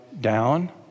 down